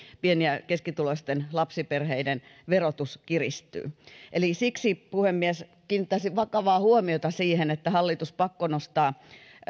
pieni ja keskituloisten lapsiperheiden verotus kiristyy eli siksi puhemies kiinnittäisin vakavaa huomiota siihen että hallitus pakkonostaa